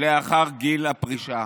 לאחר גיל הפרישה.